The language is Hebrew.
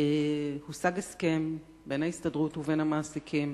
הושג הסכם בין ההסתדרות ובין המעסיקים